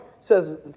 says